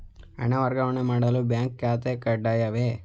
ಹಣ ವರ್ಗಾವಣೆ ಮಾಡಲು ಬ್ಯಾಂಕ್ ಖಾತೆ ಕಡ್ಡಾಯವೇ?